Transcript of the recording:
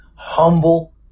Humble